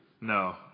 No